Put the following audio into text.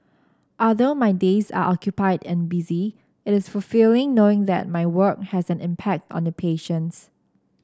although my days are occupied and busy it is fulfilling knowing that my work has an impact on the patients